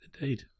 Indeed